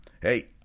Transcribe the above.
Hey